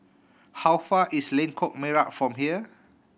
how far is Lengkok Merak from here